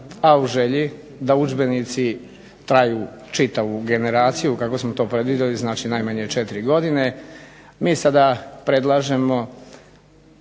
a u želji da udžbenici traju čitavu generaciju, kako smo to predvidjeli znači najmanje 4 godine, mi sada predlažemo